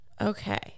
okay